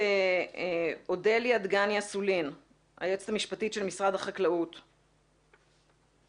אודליה דגני אסולין היועמ"ש של משרד החקלאות איתנו?